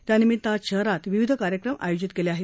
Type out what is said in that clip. त्यानिमित्त आज शहरात विविध कार्यक्रम आयोजित केले आहेत